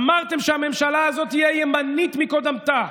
אמרתם שהממשלה הזאת תהיה ימנית מקודמתה,